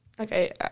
Okay